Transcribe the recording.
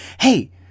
hey